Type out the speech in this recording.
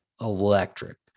electric